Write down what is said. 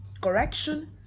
correction